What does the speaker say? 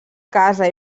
casa